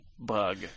bug